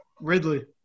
Ridley